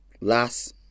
last